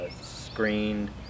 screened